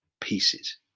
pieces